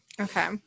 Okay